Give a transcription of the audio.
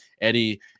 Eddie